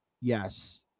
Yes